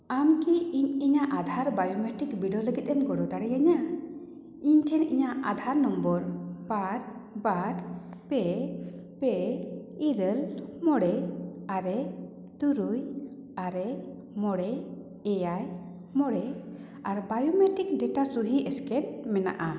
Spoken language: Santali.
ᱟᱢ ᱠᱤ ᱤᱧ ᱤᱧᱟᱹᱜ ᱟᱫᱷᱟᱨ ᱵᱟᱭᱳᱢᱮᱴᱨᱤᱠ ᱵᱤᱰᱟᱹᱣ ᱞᱟᱹᱜᱤᱫ ᱮᱢ ᱜᱚᱲᱚ ᱫᱟᱲᱮᱭᱤᱧᱟ ᱤᱧ ᱴᱷᱮᱱ ᱤᱧᱟᱹᱜ ᱟᱫᱷᱟᱨ ᱱᱚᱢᱵᱚᱨ ᱵᱟᱨ ᱵᱟᱨ ᱯᱮ ᱯᱮ ᱤᱨᱟᱹᱞ ᱢᱚᱬᱮ ᱟᱨᱮ ᱛᱩᱨᱩᱭ ᱟᱨᱮ ᱢᱚᱬᱮ ᱮᱭᱟᱭ ᱢᱚᱬᱮ ᱟᱨ ᱵᱟᱭᱳᱢᱮᱴᱨᱤᱠ ᱰᱮᱴᱟ ᱥᱚᱦᱤ ᱥᱠᱮᱱ ᱢᱮᱱᱟᱜᱼᱟ